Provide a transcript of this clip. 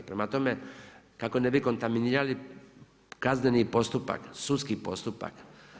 Prema tome kako ne bi kontaminirali kazani postupak, sudski postupak.